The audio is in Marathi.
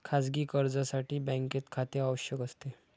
खाजगी कर्जासाठी बँकेत खाते आवश्यक असते